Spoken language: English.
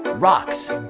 rocks.